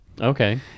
Okay